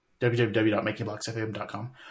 www.makingblocksfm.com